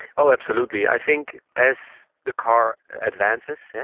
oh, absolutely. i think as the car advances,